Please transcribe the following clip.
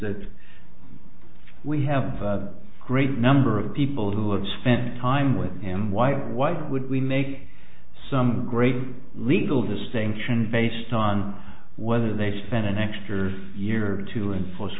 that we have a great number of people who have spent time with him why why would we make some great legal distinction based on whether they spent an extra year or two in force